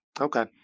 Okay